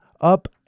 up